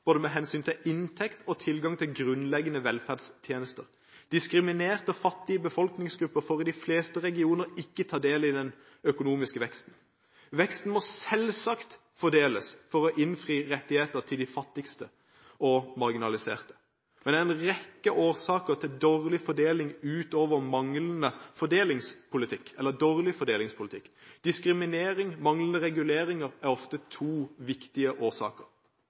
både med hensyn til inntekt og tilgang til grunnleggende velferdstjenester. Diskriminerte og fattige befolkningsgrupper får i de fleste regioner ikke ta del i den økonomiske veksten. Veksten må selvsagt fordeles for å innfri rettigheter til de fattigste og marginaliserte. Men det er en rekke årsaker til dårlig fordeling utover manglende fordelingspolitikk eller dårlig fordelingspolitikk. Diskriminering og manglende reguleringer er ofte to viktige årsaker.